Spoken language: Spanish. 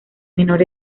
menor